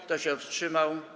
Kto się wstrzymał?